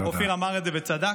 אופיר אמר את זה וצדק.